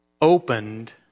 opened